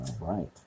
right